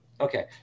Okay